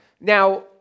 Now